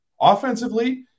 Offensively